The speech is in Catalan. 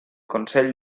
consell